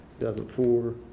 2004